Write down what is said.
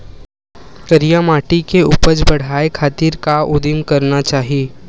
करिया माटी के उपज बढ़ाये खातिर का उदिम करना चाही?